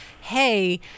hey